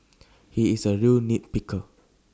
he is A real nit picker